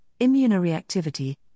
immunoreactivity